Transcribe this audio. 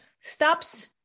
stops